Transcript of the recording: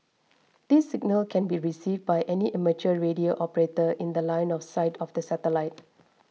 this signal can be received by any amateur radio operator in The Line of sight of the satellite